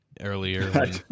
earlier